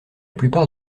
plupart